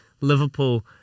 Liverpool